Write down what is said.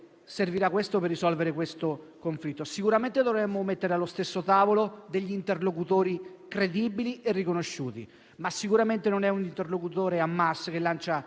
servirà per risolvere questo conflitto. Sicuramente dovremo mettere allo stesso tavolo interlocutori credibili e riconosciuti, ma sicuramente non è un interlocutore Hamas, che lancia